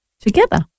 Together